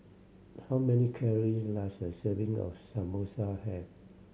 how many calories does a serving of Samosa have